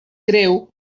greu